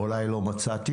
או אולי לא מצאתי.